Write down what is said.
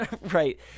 Right